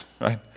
right